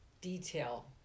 detail